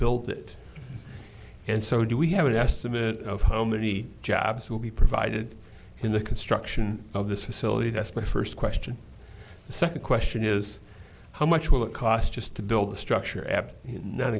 build it and so do we have an estimate of how many jobs will be provided in the construction of this facility that's my first question the second question is how much will it cost just to build the structure